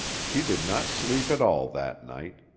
she did not sleep at all that night.